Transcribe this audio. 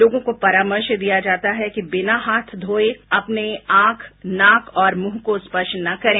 लोगों को परामर्श दिया जाता है कि बिना हाथ धोये अपने आंख नाक और मुंह को स्पर्श न करें